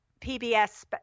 PBS